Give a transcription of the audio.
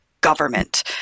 government